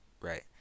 right